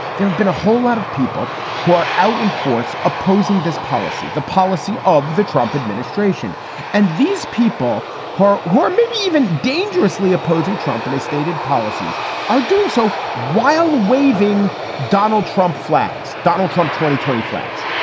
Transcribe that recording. there have been a whole lot of people who are out in force opposing this policy. the policy of the trump administration and these people who are who are maybe even dangerously opposing trump and his stated policies are doing so while waving donald trump flags. donald trump twenty, twenty flags.